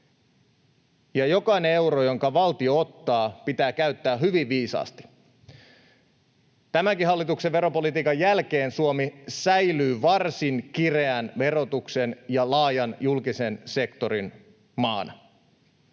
ja jokainen euro, jonka valtio ottaa, pitää käyttää hyvin viisaasti. Tämänkin hallituksen veropolitiikan jälkeen Suomi säilyy varsin kireän verotuksen ja laajan julkisen sektorin maana.